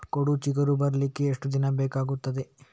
ಕೋಡು ಚಿಗುರು ಬರ್ಲಿಕ್ಕೆ ಎಷ್ಟು ದಿನ ಬೇಕಗ್ತಾದೆ?